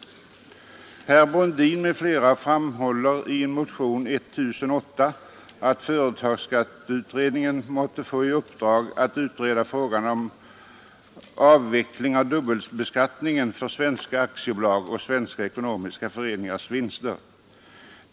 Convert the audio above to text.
Herr Brundin m.fl. hemställer i motionen 1008, att företagsskatteutredningen måtte få i uppdrag att utreda frågan om avveckling av dubbelbeskattningen för svenska aktiebolags och svenska ekonomiska föreningars vinster.